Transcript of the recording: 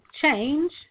Change